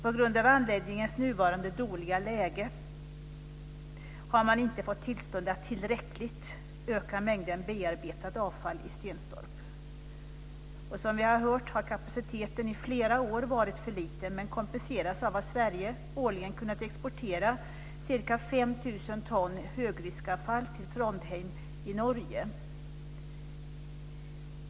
På grund av den nuvarande anläggningens dåliga läge har man inte fått tillstånd att tillräckligt öka mängden bearbetat avfall i Stenstorp. Som vi har hört har kapaciteten i flera år varit för liten. Detta har kompenserats av att Sverige årligen har kunnat exportera ca 5 000 ton högriskavfall till Trondheim i Norge.